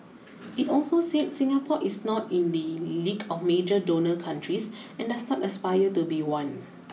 it also said Singapore is not in the league of major donor countries and does not aspire to be one